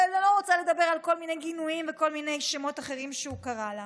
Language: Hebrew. אני לא רוצה לדבר על כל מיני גינויים וכל מיני שמות אחרים שהוא קרא לה.